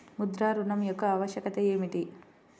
ముద్ర ఋణం యొక్క ఆవశ్యకత ఏమిటీ?